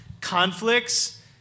conflicts